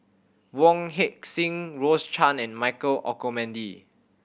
Wong Heck Sing Rose Chan and Michael Olcomendy